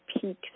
peak